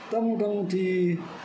दा मता मति